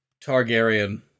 Targaryen